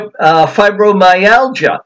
fibromyalgia